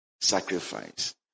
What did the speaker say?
Sacrifice